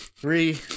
Three